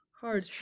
hard